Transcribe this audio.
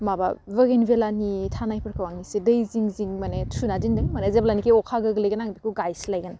माबा बोहिन गोलानि थानायफोरखौ आं एसे दै जिं जिं माने थुना दोनदों माने जेब्लानाखि अखा गोग्लैगोन आं बेखौ गायस्लायगोन